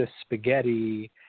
spaghetti